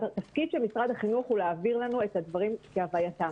תפקיד משרד החינוך הוא להעביר לנו את הדברים כהווייתם.